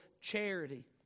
charity